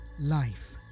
Life